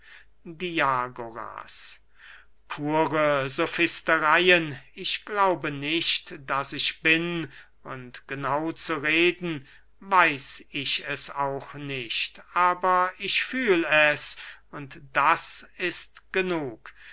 diagoras pure sofistereyen ich glaube nicht daß ich bin und genau zu reden weiß ich es auch nicht aber ich fühl es und das ist genug